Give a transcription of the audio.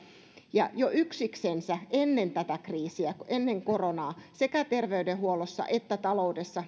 ja jo yksiksensä ennen tätä kriisiä ennen koronaa sekä terveydenhuollossa että taloudessa